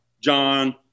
John